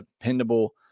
dependable